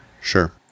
Sure